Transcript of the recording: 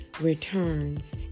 returns